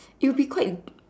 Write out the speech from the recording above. it'll be quite